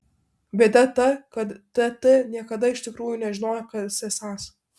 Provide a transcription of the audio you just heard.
bėda ta kad tt niekada iš tikrųjų nežinojo kas esąs